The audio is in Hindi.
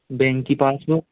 बैंक की पासबुक